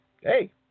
hey